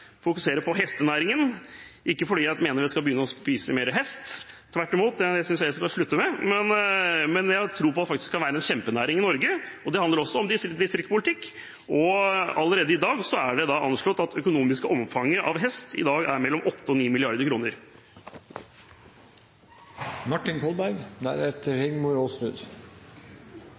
fokusere på hestenæringen – ikke fordi jeg mener man skal begynne å spise mer hest, tvert imot: Det synes jeg man helst skal slutte med. Men jeg har faktisk tro på at det kan bli en kjempenæring i Norge, og det handler også om distriktspolitikk. Allerede i dag er det anslått at det økonomiske omfanget av hest er